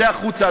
צא החוצה,